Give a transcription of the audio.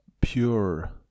pure